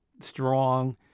strong